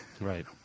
Right